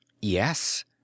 Yes